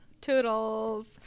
toodles